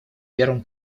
первом